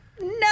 No